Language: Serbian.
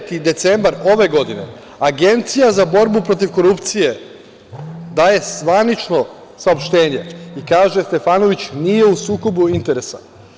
Na kraju, 9. decembar ove godine, Agencija za borbu protiv korupcije daje zvanično saopštenje i kaže - Stefanović nije u sukobu interesa.